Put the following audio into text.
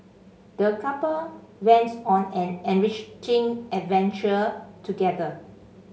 the couple went on an enriching adventure together